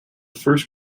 first